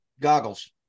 goggles